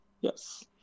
Yes